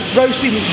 roasting